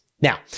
Now